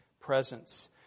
presence